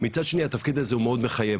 מצד שני התפקיד הזה הוא מאוד מחייב,